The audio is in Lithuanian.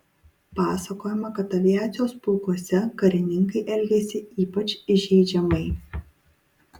pasakojama kad aviacijos pulkuose karininkai elgėsi ypač įžeidžiamai